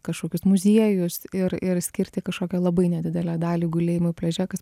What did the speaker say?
kažkokius muziejus ir ir skirti kažkokią labai nedidelę dalį gulėjimui pliaže kas